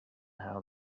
how